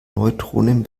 neutronen